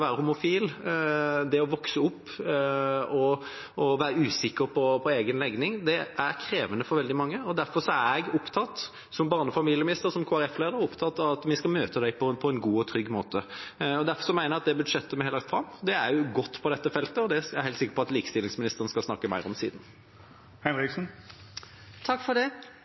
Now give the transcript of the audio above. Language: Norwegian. være homofil, det å vokse opp og være usikker på egen legning, er krevende for veldig mange. Derfor er jeg, som barne- og familieminister og som KrF-leder, opptatt av at vi skal møte dem på en god og trygg måte. Derfor mener jeg at det budsjettet vi har lagt fram, er godt på dette feltet, og det er jeg helt sikker på at likestillingsministeren vil snakke mer om siden. I barnevernssaken har vi fått en utvikling der vi ikke ser spor av det